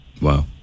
Wow